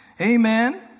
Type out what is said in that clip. Amen